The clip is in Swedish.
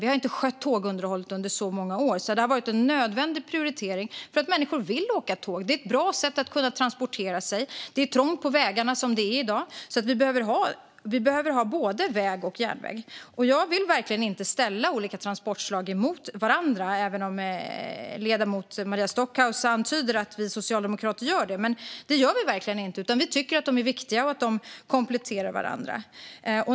Vi har inte skött tågunderhållet under många år, så detta har varit en nödvändig prioritering. Människor vill nämligen åka tåg. Det är ett bra sätt att transportera sig, och det är trångt på vägarna som det är i dag. Vi behöver alltså ha både väg och järnväg. Jag vill verkligen inte ställa olika transportslag mot varandra, även om ledamoten Maria Stockhaus antyder att vi socialdemokrater gör det. Det gör vi verkligen inte. Vi tycker att de är viktiga och kompletterar varandra.